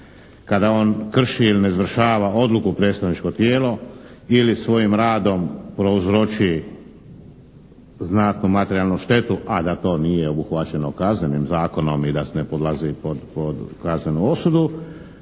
kada on krši ili ne izvršava odluku predstavničko tijelo ili svojim radom prouzroči znatnu materijalnu štetu, a da to nije obuhvaćeno Kaznenim zakonom i da se ne podlazi pod kaznenu osudu,